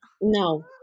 No